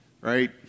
right